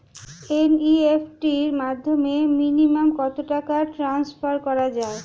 NEFT র মাধ্যমে minimum কত টাকা ট্রান্সফার করা যায়?